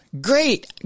Great